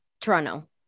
Toronto